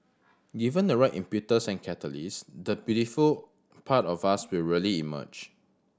given the right impetus and catalyst the beautiful part of us will really emerge